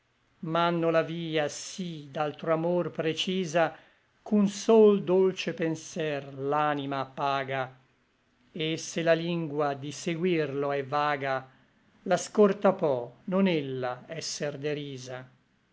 m'ànno la via sí d'altro amor precisa ch'un sol dolce penser l'anima appaga et se la lingua di seguirlo è vaga la scorta pò non ella esser derisa